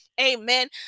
Amen